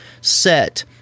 set